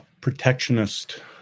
protectionist